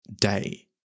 day